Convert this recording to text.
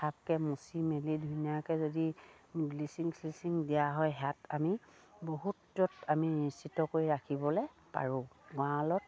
মুচি মেলি ধুনীয়াকে যদি ব্লিচিং শ্লিচিং দিয়া হয় হোত আমি আমি নিশ্চিত কৰি ৰাখিবলে পাৰোঁ গঁৰালত